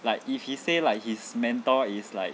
like if he say like his mentor is like